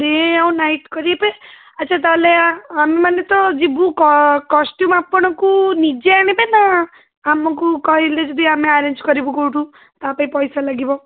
day ଆଉ night କରିବେ ଆଚ୍ଛା ତା'ହେଲେ ଆମେ ମାନେ ତ ଯିବୁ କଷ୍ଟ୍ୟୁମ୍ ଆପଣଙ୍କୁ ନିଜେ ଆଣିବେ ନା ଆମକୁ କହିଲେ ଯଦି ଆମେ ଆରେଞ୍ଜ କରିବୁ କେଉଁଠୁ ତା'ପାଇଁ ପଇସା ଲାଗିବ